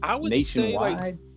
nationwide